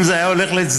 אם זה היה הולך לצדקה,